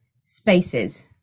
spaces